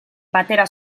batera